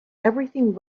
everything